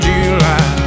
July